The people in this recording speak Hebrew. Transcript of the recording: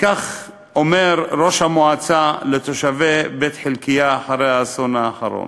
וכך אומר ראש המועצה לתושבי בית-חלקיה אחרי האסון האחרון: